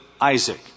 Isaac